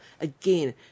again